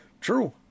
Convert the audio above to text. True